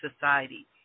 Society